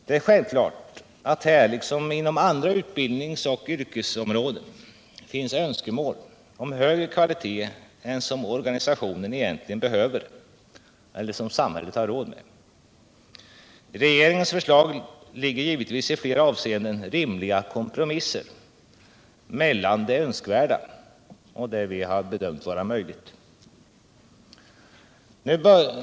Det är självklart att här, liksom inom andra utbildningsoch yrkesområden, finns önskemål om högre kvalitet än vad organisationen egentligen behöver eller vad samhället har råd med. I regeringens förslag ligger givetvis i flera avseenden rimliga kompromisser mellan det önskvärda och det som vi bedömt vara möjligt.